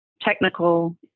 technical